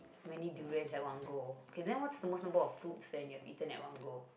many durians at one go okay then what the most number of fruits that you have eaten in one go